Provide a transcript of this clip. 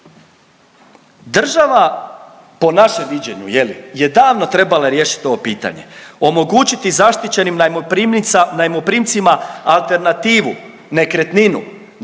Država po našem viđenju je li je davno trebala riješit ovo pitanje. Omogućiti zaštićenim najmoprimcima alternativu nekretninu, da li